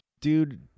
dude